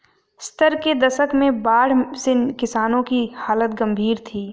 सत्तर के दशक में बाढ़ से किसानों की हालत गंभीर थी